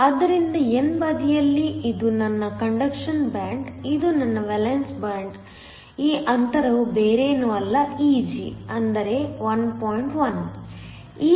ಆದ್ದರಿಂದ n ಬದಿಯಲ್ಲಿ ಇದು ನನ್ನ ಕಂಡಕ್ಷನ್ ಬ್ಯಾಂಡ್ ಇದು ನನ್ನ ವೇಲೆನ್ಸ್ ಬ್ಯಾಂಡ್ ಈ ಅಂತರವು ಬೇರೇನೂ ಅಲ್ಲ Eg ಅಂದರೆ 1